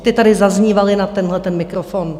Ta tady zaznívala na tenhleten mikrofon.